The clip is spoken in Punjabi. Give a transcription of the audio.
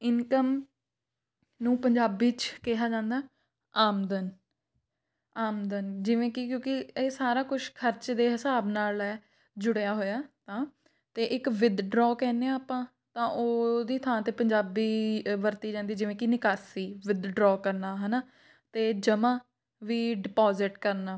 ਇਨਕਮ ਨੂੰ ਪੰਜਾਬੀ 'ਚ ਕਿਹਾ ਜਾਂਦਾ ਆਮਦਨ ਆਮਦਨ ਜਿਵੇਂ ਕਿ ਕਿਉਂਕਿ ਇਹ ਸਾਰਾ ਕੁਛ ਖਰਚ ਦੇ ਹਿਸਾਬ ਨਾਲ ਹੈ ਜੁੜਿਆ ਹੋਇਆ ਤਾਂ ਅਤੇ ਇੱਕ ਵਿਦਡਰੋਅ ਕਹਿੰਦੇ ਹਾਂ ਆਪਾਂ ਤਾਂ ਉਹਦੀ ਥਾਂ 'ਤੇ ਪੰਜਾਬੀ ਵਰਤੀ ਜਾਂਦੀ ਜਿਵੇਂ ਕਿ ਨਿਕਾਸੀ ਵਿਦਡਰੋਅ ਕਰਨਾ ਹੈ ਨਾ ਅਤੇ ਜਮਾਂ ਵੀ ਡਿਪੋਜਿਟ ਕਰਨਾ